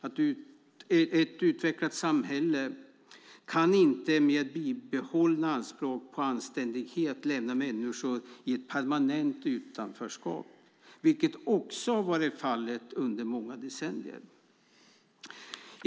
Ett utvecklat samhälle kan inte med bibehållet anspråk på anständighet lämna människor i ett permanent utanförskap, vilket varit fallet under många decennier.